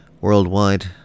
worldwide